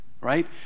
right